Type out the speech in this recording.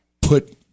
put